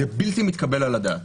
זה בלתי מתקבל על הדעת.